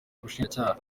ubushinjacyaha